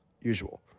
usual